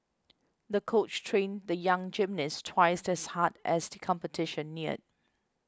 the coach trained the young gymnast twice as hard as the competition neared